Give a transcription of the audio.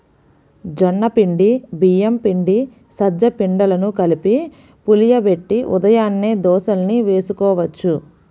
జొన్న పిండి, బియ్యం పిండి, సజ్జ పిండిలను కలిపి పులియబెట్టి ఉదయాన్నే దోశల్ని వేసుకోవచ్చు